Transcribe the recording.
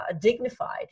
dignified